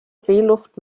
seeluft